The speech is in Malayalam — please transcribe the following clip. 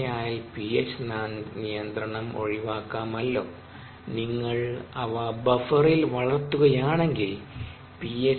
അങ്ങിനെയായാൽ പിഎച്ച് നിയന്ത്രണം ഒഴിവാക്കാമല്ലോ നിങ്ങൾ അവ ബഫറിൽ വളർത്തുകയാണെങ്കിൽ പി